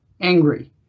angry